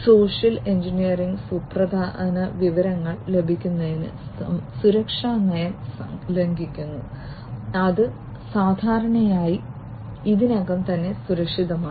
social engineering സുപ്രധാന വിവരങ്ങൾ ലഭിക്കുന്നതിന് സുരക്ഷാ നയം ലംഘിക്കുന്നു അത് സാധാരണയായി ഇതിനകം തന്നെ സുരക്ഷിതമാണ്